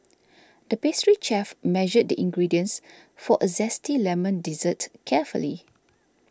the pastry chef measured the ingredients for a Zesty Lemon Dessert carefully